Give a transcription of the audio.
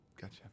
gotcha